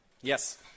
Yes